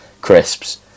crisps